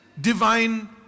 divine